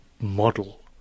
model